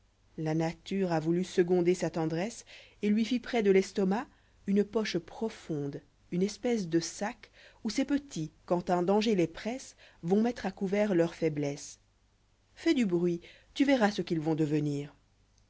la nature a voulu seconder sa tendresse et lui fit près de l'estorhac une poche profondé une espèce de sac où ses petits quand un danger les presse vont mettre à'coùvért leur foiblesse fais du bruit tu verras ce qu'ils vont devenir